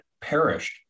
perished